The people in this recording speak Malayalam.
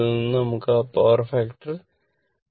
8 നിന്നും നമുക്ക് ആ പവർ ഫാക്ടർ 0